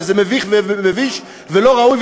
וזה מביך ומביש ולא ראוי,